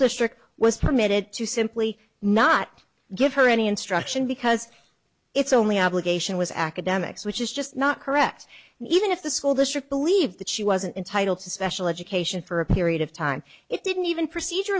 district was permitted to simply not give her any instruction because it's only obligation was academics which is just not correct even if the school district believed that she wasn't entitled to special education for a period of time it didn't even procedur